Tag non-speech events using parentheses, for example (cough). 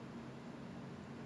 I'm twenty (laughs)